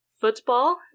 football